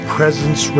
Presence